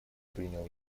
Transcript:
принял